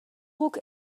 guk